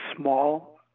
small